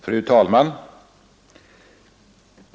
Fru talman!